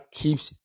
keeps